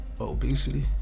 obesity